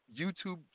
YouTube